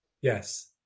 Yes